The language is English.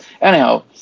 Anyhow